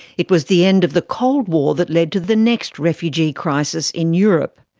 it was the end of the cold war that led to the next refugee crisis in europe.